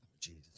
Jesus